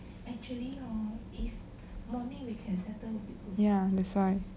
ya that's why